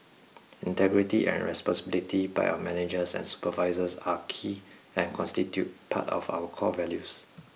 integrity and responsibility by our managers and supervisors are key and constitute part of our core values